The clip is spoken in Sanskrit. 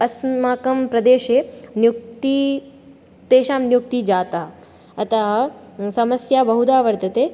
अस्माकं प्रदेशे नियुक्तिः तेषां नियुक्तिः जाता अतः समस्या बहुधा वर्तते